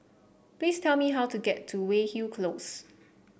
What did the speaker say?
please tell me how to get to Weyhill Close